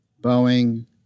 Boeing